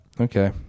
okay